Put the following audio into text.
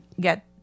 get